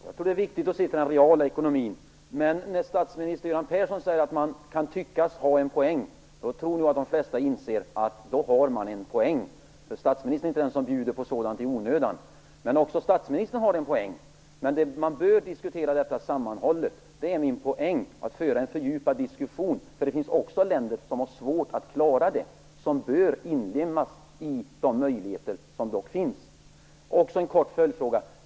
Fru talman! Jag tror att det är viktigt att se till den reala ekonomin. Men när statsminister Göran Persson säger att man kan tyckas ha en poäng, tror jag att de flesta inser att då har man en poäng, för statsministern är inte någon som bjuder på sådana i onödan. Men också statsministern har en poäng. Men man bör diskutera dessa frågor sammanhållet. Min poäng är att man skall föra en fördjupad diskussion, för det finns också länder som har svårt att klara kriterierna. De bör ändå inrymmas i de möjligheter som dock finns. Jag har också en kort följdfråga.